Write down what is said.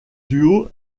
duo